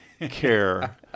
care